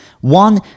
One